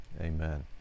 Amen